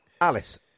Alice